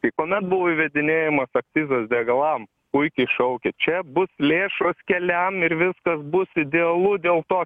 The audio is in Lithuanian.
tai kuomet buvo įvedinėjamas akcizas degalam puikiai šaukė čia bus lėšos keliam ir viskas bus idealu dėl to